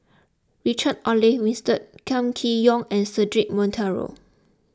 Richard Olaf Winstedt Kam Kee Yong and Cedric Monteiro